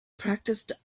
practiced